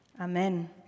Amen